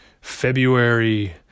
February